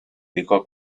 dedicó